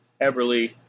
Everly